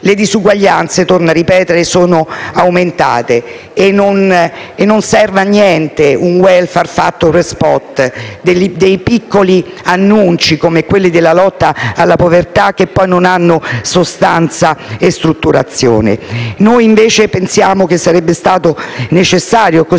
Le disuguaglianze, lo ribadisco, sono aumentate e non serve a niente un w*elfare* fatto per *spot* e piccoli annunci, come quelli della lotta alla povertà, che poi non hanno sostanza e strutturazione. Noi invece pensiamo che sarebbero state necessarie